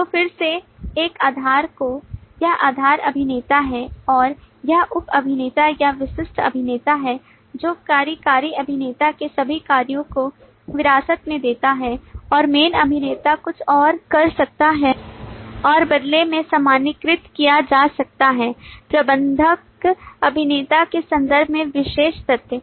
तो फिर से एक आधार है तो यह एक आधार अभिनेता है और यह उप अभिनेता या विशिष्ट अभिनेता है जो कार्यकारी अभिनेता के सभी कार्यों को विरासत में देता है और main अभिनेता कुछ और कर सकता है और बदले में सामान्यीकृत किया जा सकता है प्रबंधक अभिनेता के संदर्भ में विशेष तथ्य